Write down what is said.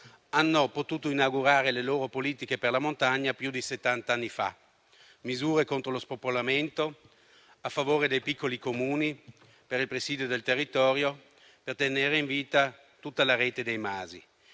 hanno potuto inaugurare le loro politiche per la montagna più di settant'anni fa con misure contro lo spopolamento a favore dei piccoli Comuni, per il presidio del territorio e per tenere in vita tutta la rete dei masi.